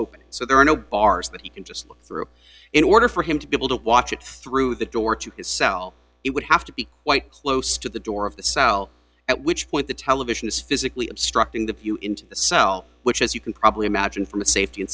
open so there are no bars that he can just look through in order for him to be able to watch it through the door to his cell it would have to be quite close to the door of the cell at which point the television is physically obstructing the view into the cell which as you can probably imagine from a safety and